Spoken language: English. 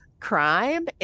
Crime